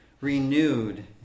renewed